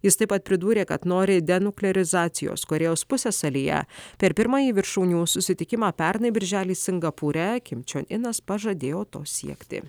jis taip pat pridūrė kad nori denuklerizacijos korėjos pusiasalyje per pirmąjį viršūnių susitikimą pernai birželį singapūre kim čion inas pažadėjo to siekti